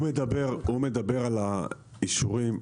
הוא מדבר על האישורים.